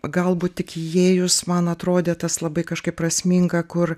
galbūt tik įėjus man atrodė tas labai kažkaip prasminga kur